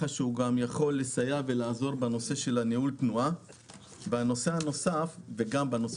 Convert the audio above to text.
כך שהוא גם יכול לעזור בנושא של ניהול התנועה וגם בנושא